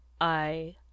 I—